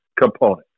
component